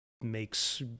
makes